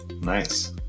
Nice